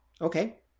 okay